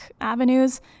avenues